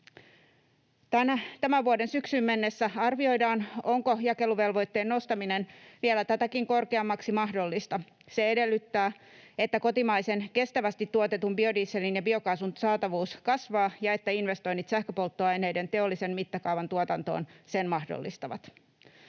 Tämän vuoden syksyyn mennessä arvioidaan, onko jakeluvelvoitteen nostaminen vielä tätäkin korkeammaksi mahdollista. Se edellyttää, että kotimaisen kestävästi tuotetun biodieselin ja biokaasun saatavuus kasvaa ja että investoinnit sähköpolttoaineiden teollisen mittakaavan tuotantoon sen mahdollistavat.